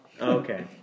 Okay